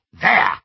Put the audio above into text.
There